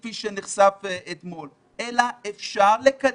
כפי שנחשף אתמול אלא אפשר לקדם,